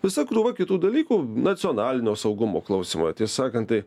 visa krūva kitų dalykų nacionalinio saugumo klausimai ties sakant tai